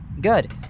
Good